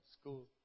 school